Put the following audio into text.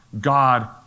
God